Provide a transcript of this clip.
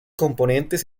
componentes